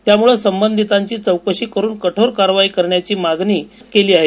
त्यामुळे संबंधिताची चौकशी करून कठोर कारवाई करण्याची मागणी करण्यात आली आहे